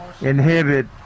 inhibit